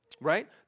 right